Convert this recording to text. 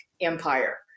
empire